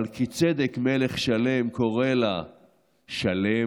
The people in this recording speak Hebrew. מלכיצדק מלך שלם קורא לה "שלם",